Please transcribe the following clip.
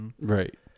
Right